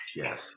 yes